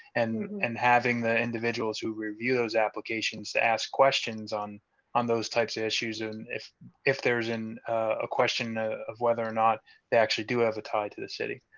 and and having the individuals who review those applications ask questions on on those types of issues, and if if there is a question of whether or not they actually do have a tie to the city.